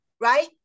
right